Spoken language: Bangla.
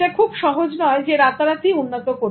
এটা খুব সহজ নয় রাতারাতি উন্নত করা